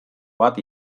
bat